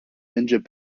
injured